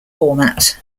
format